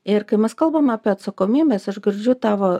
ir kai mes kalbam apie atsakomybes aš girdžiu tą va